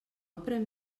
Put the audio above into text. pren